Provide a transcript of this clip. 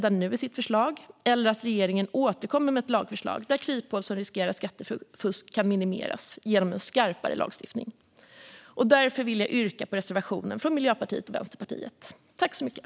Annars önskar jag att regeringen återkommer med ett förslag där kryphål som riskerar skattefusk kan minimeras genom en skarpare lagstiftning. Därför vill jag yrka bifall till reservationen från Miljöpartiet och Vänsterpartiet.